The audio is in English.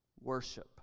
worship